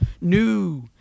New